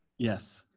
yes.